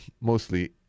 mostly